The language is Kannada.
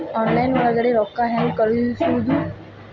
ಆನ್ಲೈನ್ ಒಳಗಡೆ ರೊಕ್ಕ ಹೆಂಗ್ ಕಳುಹಿಸುವುದು?